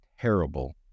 terrible